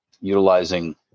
utilizing